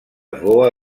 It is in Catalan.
boa